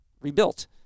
rebuilt